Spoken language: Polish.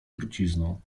trucizną